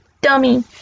dummy